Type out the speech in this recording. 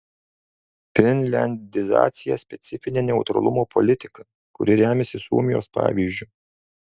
finliandizacija specifinė neutralumo politika kuri remiasi suomijos pavyzdžiu